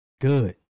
Good